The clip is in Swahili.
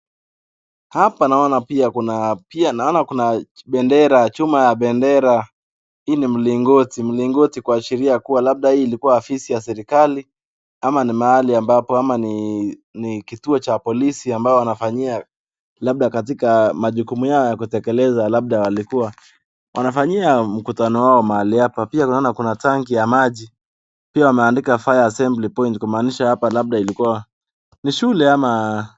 Hapa naona pia kuna pia naona kuna bendera chuma ya bendera hii ni mlingoti, mlingoti kuashiria kuwa labda hii ilikuwa ofisi ya serikali ama ni mahali ambapo ama ni kituo cha polisi ambao wanafanyia labda katika majukumu yao ya kutekekeza labda walikuwa wanafanyia mkutano wao mahali hapa na pia naona kuna tangi ya maji pia wameandika, Fire assembly point kumaanisha kuwa labda hapa ilikuwa ni shule ama ...